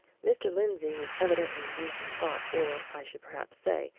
mr. lindsey was evidently deep in thought, or, i should perhaps say,